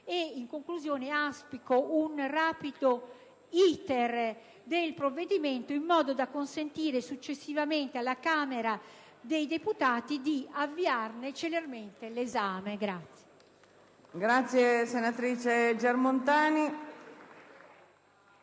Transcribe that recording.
In conclusione, auspico un rapido *iter* del provvedimento in modo da consentire successivamente alla Camera dei deputati di avviarne celermente l'esame.